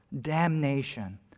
damnation